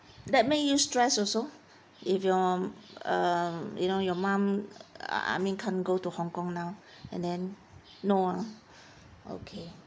that make you stress also if you're um you know your mum err ah I mean can't go to hong kong now and then no ah okay